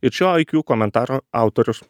ir šio iq komentaro autorius